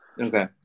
okay